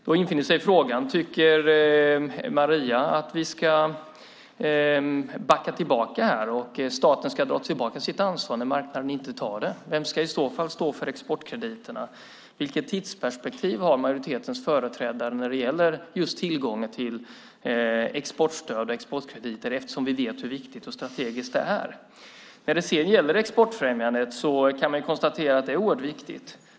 Då infinner sig frågan: Tycker Marie att vi ska backa tillbaka och att staten ska dra tillbaka sitt ansvar när marknaden inte tar det? Vem ska i så fall stå för exportkrediterna? Vilket tidsperspektiv har majoritetens företrädare just när det gäller tillgång till exportstöd och exportkrediter eftersom vi vet hur viktigt och strategiskt det är? För det andra kan man konstatera att exportfrämjandet är oerhört viktigt.